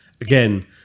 Again